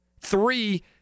Three